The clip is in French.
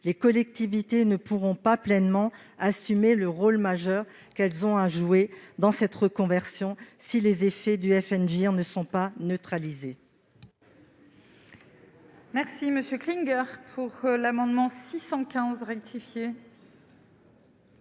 Les collectivités ne pourront pas pleinement assumer le rôle majeur qu'elles ont à jouer dans cette reconversion si les effets du FNGIR ne sont pas neutralisés.